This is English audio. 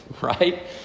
right